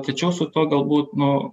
tačiau su tuo galbūt nu